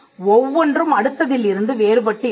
ஒவ்வொன்றும் அடுத்ததில் இருந்து வேறுபட்டு இருக்கும்